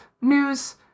news